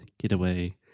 getaway